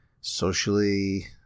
socially